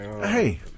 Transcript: Hey